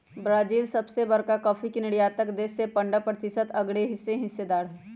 Brazil सबसे बरका coffee के निर्यातक देश हई जे पंडह प्रतिशत असगरेहिस्सेदार हई